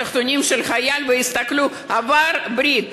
לתחתונים של החייל ויסתכלו: עבר ברית,